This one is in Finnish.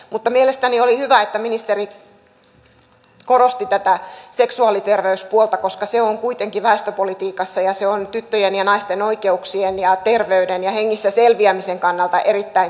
mutta mielestäni oli hyvä että ministeri korosti tätä seksuaaliterveyspuolta koska se on kuitenkin väestöpolitiikassa sekä tyttöjen ja naisten oikeuksien ja terveyden ja hengissä selviämisen kannalta erittäin tärkeä asia